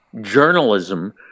journalism